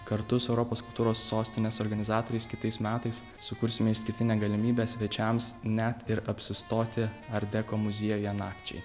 kartu su europos kultūros sostinės organizatoriais kitais metais sukursime išskirtinę galimybę svečiams net ir apsistoti art deko muziejuje nakčiai